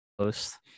post